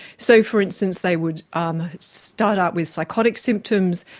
so, for instance, they would um start out with psychotic symptoms,